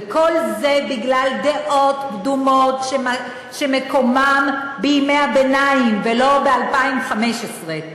וכל זה בגלל דעות קדומות שמקומן בימי הביניים ולא ב-2015.